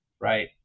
right